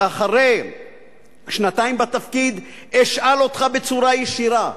אחרי שנתיים בתפקיד, אשאל אותך בצורה ישירה: